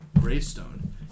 gravestone